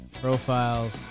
profiles